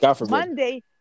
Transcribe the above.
Monday